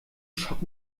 schock